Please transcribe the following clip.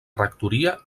rectoria